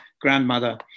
grandmother